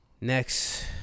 Next